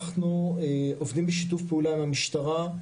אנחנו עובדים בשיתוף פעולה עם המשטרה,